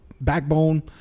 backbone